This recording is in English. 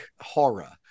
horror